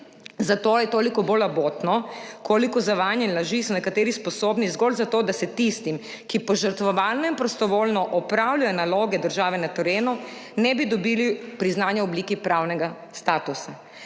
Zato je toliko bolj abotno, koliko zavajanja in laži so nekateri sposobni, zgolj zato da tisti, ki požrtvovalno in prostovoljno opravljajo naloge države na terenu, ne bi dobili priznanja v obliki pravnega statusa.